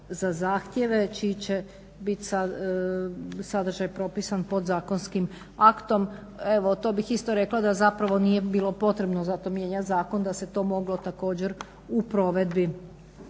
za zahtjeve čiji je bit sadržaj propisan podzakonskim aktom. Evo to bih isto rekla da zapravo nije bilo potrebno, zato mijenjat zakon, da se to moglo također u provedbi